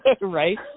Right